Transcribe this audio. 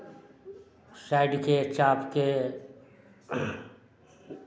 साइडके चापके